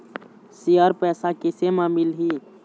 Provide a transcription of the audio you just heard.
Share पैसा कैसे म मिलही?